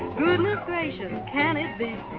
goodness gracious, can it